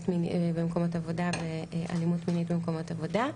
במקומות עבודה ואלימות מינית במקומות עבודה.